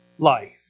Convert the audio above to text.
Life